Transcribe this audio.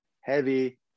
heavy